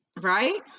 Right